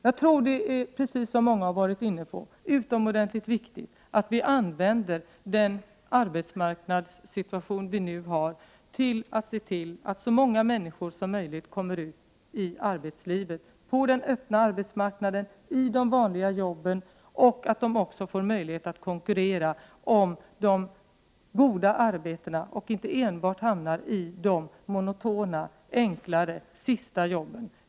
Jag tror att det, som många har varit inne på, är utomordentligt viktigt att vi använder den arbetsmarknadssituation som vi nu har för att se till att så många människor som möjligt kommer ut i arbetslivet, på den öppna arbetsmarknaden, i de vanliga jobben, och att människorna också får möjlighet att konkurrera om de goda jobben, så att man inte enbart hamnar i de monotona, enklare och trista jobben.